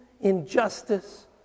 injustice